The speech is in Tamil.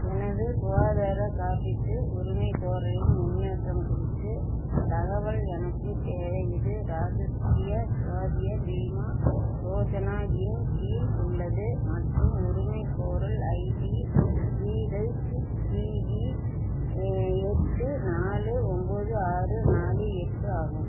எனது சுகாதார காப்பீட்டு உரிமைகோரலின் முன்னேற்றம் குறித்து தகவல் எனக்கு தேவை இது ராஜஷ்டிரிய ஸ்வாதிய பீமா யோஜனா இன் கீழ் உள்ளது மற்றும் உரிமைகோரல் ஐடி சிஹச்சிவி எட்டு நாலு ஒன்போது ஆறு நாலு எட்டு ஆகும்